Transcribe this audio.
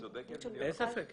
אין ספק.